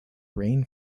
rain